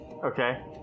Okay